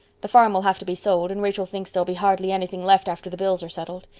the farm will have to be sold and rachel thinks there'll be hardly anything left after the bills are settled.